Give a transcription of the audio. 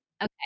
okay